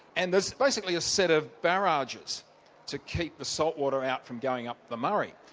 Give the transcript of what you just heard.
and there's basically a set of barrages to keep the salt water out from going up the murray.